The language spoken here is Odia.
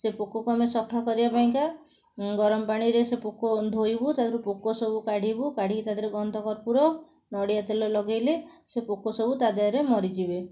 ସେ ପୋକକୁ ଆମେ ସଫା କରିବା ପାଇଁକା ଗରମପାଣିରେ ସେ ପୋକ ଧୋଇବୁ ତା'ଦେହରୁ ପୋକ ସବୁ କାଢ଼ିବୁ କାଢ଼ିକି ତା'ଦେହରେ ଗନ୍ଧକର୍ପୂର ନଡ଼ିଆତେଲ ଲଗାଇଲେ ସେ ପୋକ ସବୁ ତା'ଦେହରେ ମରିଯିବେ